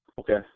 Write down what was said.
Okay